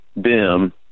BIM